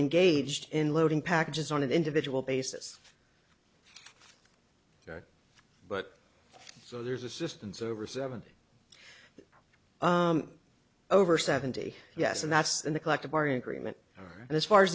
gauged in loading packages on an individual basis but so there's assistance over seventy over seventy yes and that's the collective bargaining agreement and as far as